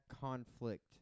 conflict